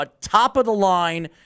top-of-the-line